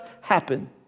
happen